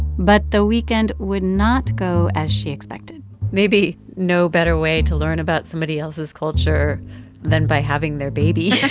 but the weekend would not go as she expected maybe no better way to learn about somebody else's culture than by having their baby